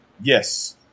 Yes